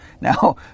Now